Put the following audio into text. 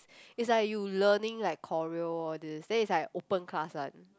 it's like you learning like choreo all these then it's like open class one